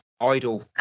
idle